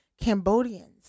Cambodians